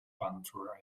punter